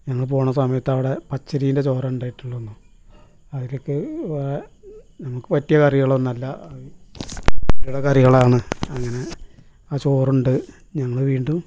ഞങ്ങൾ പോകണ സമയത്തവിടെ പച്ചരിൻ്റെ ചോറ് ഉണ്ടായിട്ടുള്ളൂന്നു അവരൊക്കെ വാ നമുക്ക് പറ്റിയ കറികളൊന്നുവല്ല അവരുടെ കറികളാണ് അങ്ങനെ ആ ചോറുണ്ട് ഞങ്ങൾ വീണ്ടും